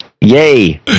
Yay